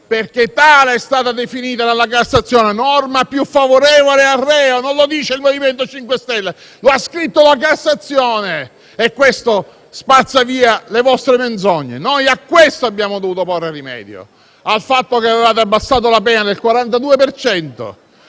perché tale è stata definita dalla Cassazione. Norma più favorevole al reo; non lo dice il MoVimento 5 Stelle, ma lo ha scritto la Cassazione, e questo spazza via le vostre menzogne. Noi a questo abbiamo dovuto porre rimedio, ossia al fatto che avevate abbassato la pena del 42